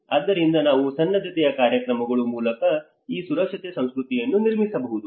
ಆದ್ದರಿಂದ ನಾವು ಸನ್ನದ್ಧತೆಯ ಕಾರ್ಯಕ್ರಮಗಳ ಮೂಲಕ ಈ ಸುರಕ್ಷತೆಯ ಸಂಸ್ಕೃತಿಯನ್ನು ನಿರ್ಮಿಸಬಹುದು